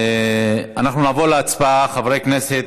אנחנו נעבור להצבעה, חברי הכנסת,